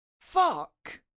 fuck